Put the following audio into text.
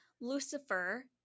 Lucifer